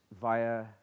via